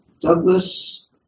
Douglas